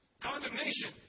Condemnation